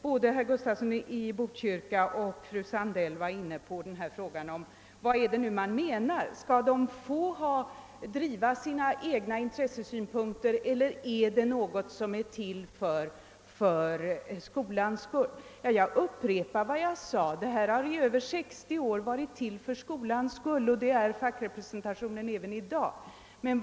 Både herr Gustafsson och fröken Sandell var inne på frågan, om fackrepresentationen är till för skolans skull eller om den syftar till att tillgodose de olika gruppernas intressen. Jag upprepar att fackrepresentationen i över 60 år har varit och fortfarande är till för skolans skull.